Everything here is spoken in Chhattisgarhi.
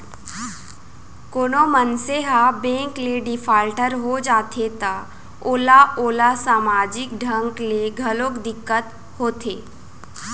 कोनो मनसे ह बेंक ले डिफाल्टर हो जाथे त ओला ओला समाजिक ढंग ले घलोक दिक्कत होथे